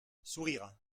sourires